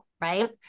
right